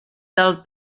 del